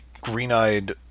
green-eyed